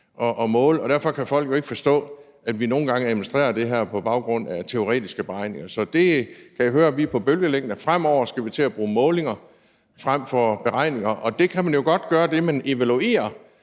og måle, og derfor kan folk ikke forstå, at vi nogle gange administrerer det her på baggrund af teoretiske beregninger. Så der kan jeg høre, at vi er på bølgelængde. Fremover skal vi til at bruge målinger frem for beregninger, og der kan man jo godt gøre det, at man evaluerer